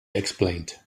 explained